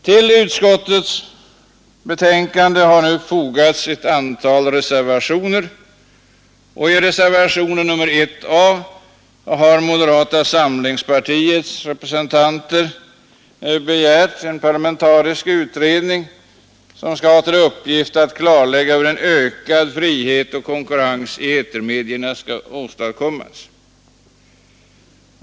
Till utskottets betänkande har fogats ett antal reservationer, och i reservationen 1 a har moderata samlingspartiets representanter begärt en parlamentarisk utredning, som skall ha till uppgift att klarlägga hur en ökad frihet och konkurrens i etermedierna skall åstadkommas.